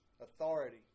authority